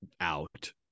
out